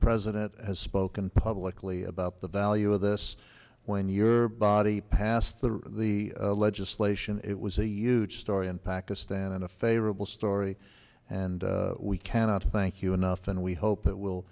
president has spoken publicly about the value of this when your body passed the legislation it was a huge story in pakistan and a favorable story and we cannot thank you enough and we hope it will